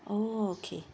oh okay